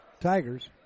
Tigers